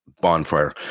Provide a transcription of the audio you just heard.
bonfire